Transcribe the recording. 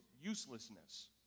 uselessness